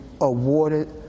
awarded